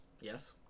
yes